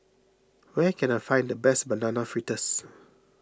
where can I find the best Banana Fritters